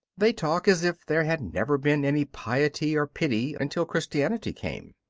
they talk as if there had never been any piety or pity until christianity came,